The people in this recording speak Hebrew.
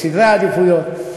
בסדרי העדיפויות.